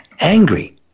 angry